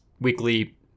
weekly